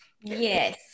Yes